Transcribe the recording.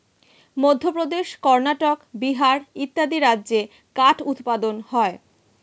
মধ্যপ্রদেশ, কর্ণাটক, বিহার ইত্যাদি রাজ্যে কাঠ উৎপাদন হয়